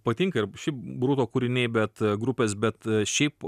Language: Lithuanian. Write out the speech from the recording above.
patinka ir ši brudo kūriniai bet grupės bet šiaip